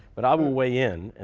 but i will weigh in. and